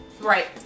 Right